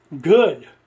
good